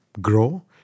grow